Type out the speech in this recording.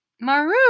Maru